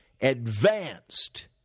advanced